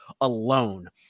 alone